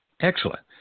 Excellent